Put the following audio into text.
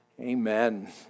Amen